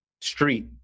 street